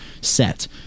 set